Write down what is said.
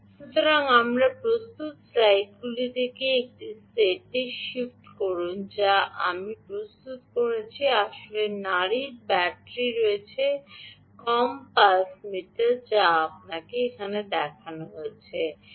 সুতরাং আমাকে প্রস্তুত স্লাইডগুলির একটি সেটে শিফট করুন যা আমি প্রস্তুত করেছি এবং এখানে আসল নাড়ির ব্যাটারি রয়েছে কম পালস মিটার যা আমরা আপনাকে দেখিয়েছি